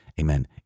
Amen